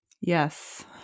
Yes